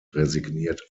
resigniert